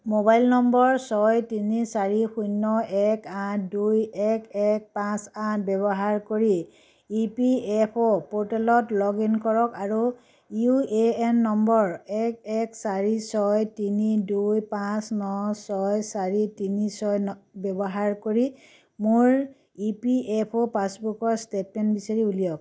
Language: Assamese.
মোবাইল নম্বৰ ছয় তিনি চাৰি শূন্য় এক আঠ দুই এক এক পাঁচ আঠ ব্য়ৱহাৰ কৰি ই পি এফ অ ' প'ৰ্টেলত লগ ইন কৰক আৰু ইউ এ এন নম্বৰ এক এক চাৰি ছয় তিনি দুই পাঁচ ন ছয় চাৰি তিনি ছয় ন ব্য়ৱহাৰ কৰি মোৰ ই পি এফ অ' পাছবুকৰ ষ্টেটমেণ্ট বিচাৰি উলিয়াওক